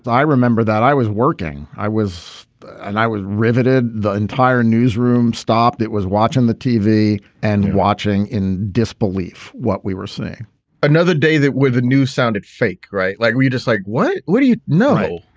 i remember that i was working. i was and i was riveted. the entire newsroom stopped. that was watching the tv and watching in disbelief what we were saying another day that where the news sounded fake right. like we just like what? what do you know?